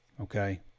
okay